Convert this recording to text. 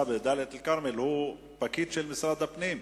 בדאלית-אל-כרמל הוא פקיד של משרד הפנים,